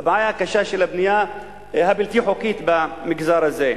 לבעיה הקשה של הבנייה הבלתי-חוקית במגזר הזה,